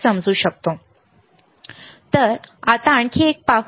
आता आपण आणखी एक पाहू